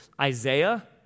Isaiah